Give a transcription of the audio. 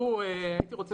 הייתי רוצה